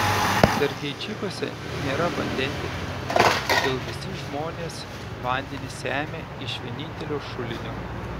sergeičikuose nėra vandentiekio todėl visi žmonės vandenį semia iš vienintelio šulinio